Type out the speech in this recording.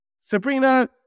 Sabrina